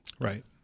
right